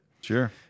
Sure